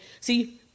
See